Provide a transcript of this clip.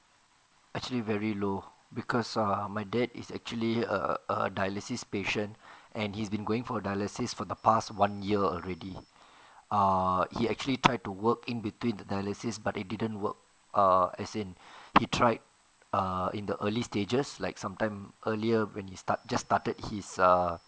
actually very low because err my dad is actually a a dialysis patient and he's been going for dialysis for the past one year already err he actually try to work in between the dialysis but it didn't work err as in he tried err in the early stages like some time earlier when he start just started his err